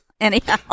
anyhow